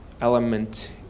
element